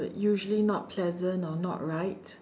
usually not pleasant or not right